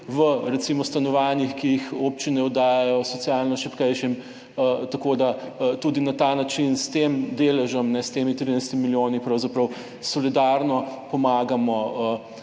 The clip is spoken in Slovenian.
v, recimo, stanovanjih, ki jih občine oddajajo socialno šibkejšim. Tako da tudi na ta način s tem deležem, s temi 13 milijoni, pravzaprav solidarno pomagamo